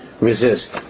resist